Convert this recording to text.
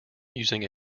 using